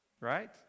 right